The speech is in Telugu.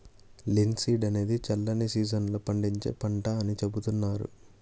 లిన్సీడ్ అనేది చల్లని సీజన్ లో పండించే పంట అని చెబుతున్నారు